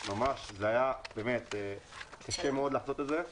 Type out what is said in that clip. זה היה קשה מאוד לעשות את זה,